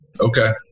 Okay